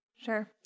Sure